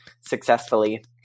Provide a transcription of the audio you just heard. successfully